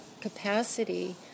capacity